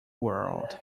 world